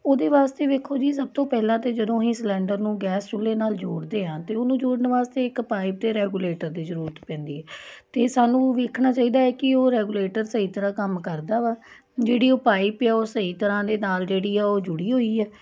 ਉਹਦੇ ਵਾਸਤੇ ਵੇਖੋ ਜੀ ਸਭ ਤੋਂ ਪਹਿਲਾਂ ਤਾਂ ਜਦੋਂ ਅਸੀਂ ਸਿਲੰਡਰ ਨੂੰ ਗੈਸ ਚੁੱਲ੍ਹੇ ਨਾਲ ਜੋੜਦੇ ਹਾਂ ਤਾਂ ਉਹਨੂੰ ਜੋੜਨ ਵਾਸਤੇ ਇੱਕ ਪਾਈਪ ਅਤੇ ਰੈਗੂਲੇਟਰ ਦੀ ਜ਼ਰੂਰਤ ਪੈਂਦੀ ਹੈ ਅਤੇ ਸਾਨੂੰ ਵੇਖਣਾ ਚਾਹੀਦਾ ਹੈ ਕਿ ਉਹ ਰੈਗੂਲੇਟਰ ਸਹੀ ਤਰ੍ਹਾਂ ਕੰਮ ਕਰਦਾ ਵਾ ਜਿਹੜੀ ਉਹ ਪਾਈਪ ਆ ਉਹ ਸਹੀ ਤਰ੍ਹਾਂ ਦੇ ਨਾਲ ਜਿਹੜੀ ਆ ਉਹ ਜੁੜੀ ਹੋਈ ਹੈ